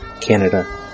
Canada